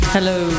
Hello